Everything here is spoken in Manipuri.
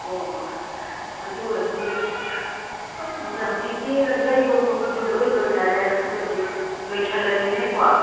ꯑꯣ ꯑꯗꯨ ꯑꯣꯏꯔꯗꯤ ꯍꯧꯖꯤꯛꯇꯤ ꯂꯩꯕ ꯈꯣꯠꯄꯁꯨ ꯂꯣꯏ ꯂꯣꯏꯅꯔꯦ ꯑꯗꯣꯏꯗꯤ ꯂꯣꯏꯁꯜꯂꯁꯤꯅꯦꯀꯣ